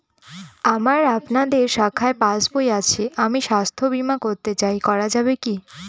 আমার আপনাদের শাখায় পাসবই আছে আমি স্বাস্থ্য বিমা করতে চাই করা যাবে কি?